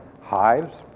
hives